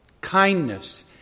kindness